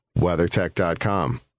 WeatherTech.com